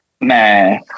Man